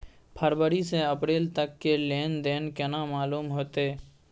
फरवरी से अप्रैल तक के लेन देन केना मालूम होते?